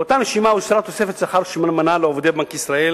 "באותה נשימה הוספה תוספת שכר שמנמנה לעובדי בנק ישראל,